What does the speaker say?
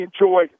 enjoy